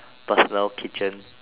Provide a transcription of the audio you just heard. personal kitchen